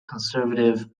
conservative